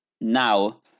now